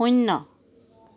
শূন্য